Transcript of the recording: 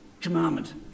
commandment